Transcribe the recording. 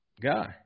guy